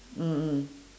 mm mm